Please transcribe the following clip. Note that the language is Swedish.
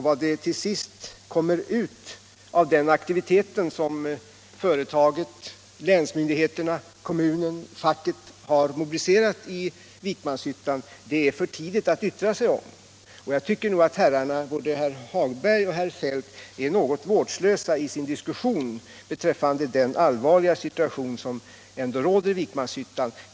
Vad det till sist skall komma ut av den aktivitet som företaget, länsmyndigheterna, kommunen och facket har mobiliserat i Vikmanshyttan är det för tidigt att yttra sig om. Jag tycker att både herr Hagberg och herr Feldt är något vårdslösa i sin diskussion över den allvarliga situation som ändå råder i Vikmanshyttan.